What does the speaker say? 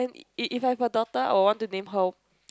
if if I have a daughter I would want to name her